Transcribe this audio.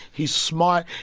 he's smart.